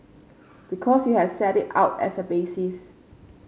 because you have set it out as a basis